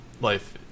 life